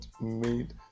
made